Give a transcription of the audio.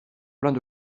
pleins